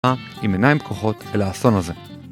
עם עיניים פקוחות אל האסון הזה